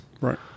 Right